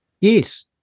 Yes